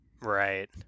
Right